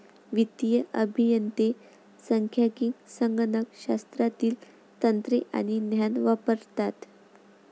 वित्तीय अभियंते सांख्यिकी, संगणक शास्त्रातील तंत्रे आणि ज्ञान वापरतात